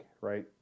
right